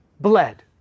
bled